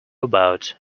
about